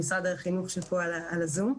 למשרד החינוך שפה על הזום.